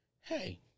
Hey